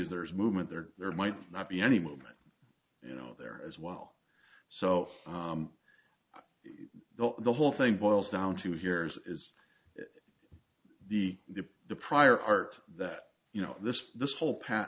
as there is movement there there might not be any movement you know there as well so the whole thing boils down to here is is the the prior art that you know this this whole pat